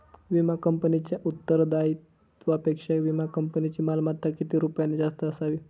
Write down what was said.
विमा कंपनीच्या उत्तरदायित्वापेक्षा विमा कंपनीची मालमत्ता किती रुपयांनी जास्त असावी?